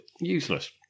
useless